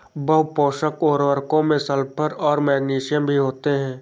बहुपोषक उर्वरकों में सल्फर और मैग्नीशियम भी होते हैं